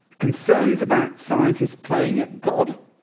concerns about scientists playing at god,